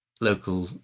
local